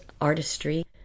artistry